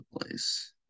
place